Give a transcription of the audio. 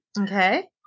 Okay